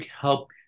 help